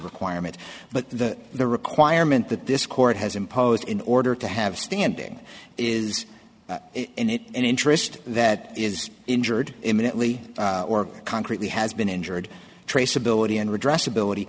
requirement but that the requirement that this court has imposed in order to have standing is in it an interest that is injured imminently or concretely has been injured traceability and redress ability